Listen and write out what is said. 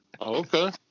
Okay